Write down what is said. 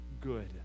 good